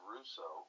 Russo